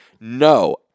No